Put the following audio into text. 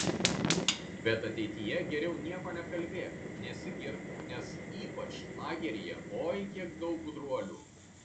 bet ateityje geriau nieko nekalbėk nesigirk nes ypač lageryje oi kiek daug gudruolių